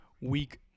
week